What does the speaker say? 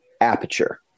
aperture